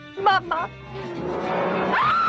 Mama